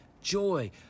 joy